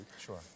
Sure